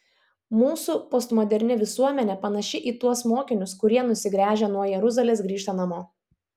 mūsų postmoderni visuomenė panaši į tuos mokinius kurie nusigręžę nuo jeruzalės grįžta namo